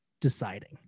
deciding